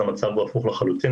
אז המצב הוא הפוך לחלוטין,